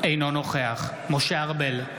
אינו נוכח משה ארבל,